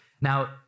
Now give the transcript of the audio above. Now